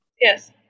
Yes